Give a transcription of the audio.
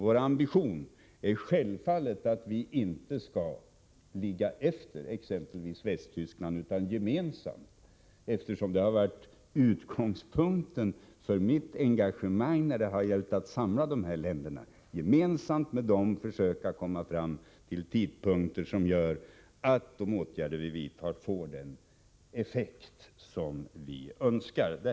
Vår ambition är självfallet att Sverige inte skall ligga efter exempelvis Västtyskland, eftersom utgångspunkten för mitt engagemang när det har gällt att samla dessa länder har varit att gemensamt med dem försöka komma fram till tidpunkter som gör att de åtgärder vi vidtar får den effekt vi önskar.